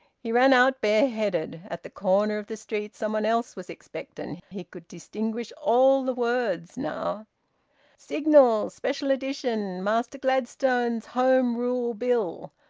he ran out bareheaded. at the corner of the street somebody else was expectant. he could distinguish all the words now signal! special edition! mester gladstone's home rule bill.